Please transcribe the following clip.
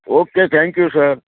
okay thank you sir